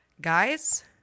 Guys